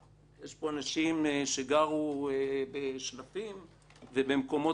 יש פה אנשים שגרו במקומות שונים.